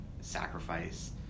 sacrifice